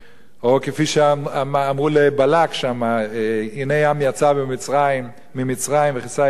או כפי שאמרו לבלק שם: הנה העם יצא ממצרים וכיסה את עין הארץ.